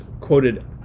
quoted